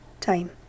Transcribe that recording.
time